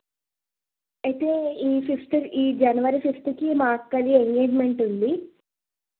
అయితే ఈ ఫిఫ్త్ ఈ జనవరి ఫిఫ్త్కి మా అక్క ఎంగేజ్మెంట్ ఉంది